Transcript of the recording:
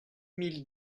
mille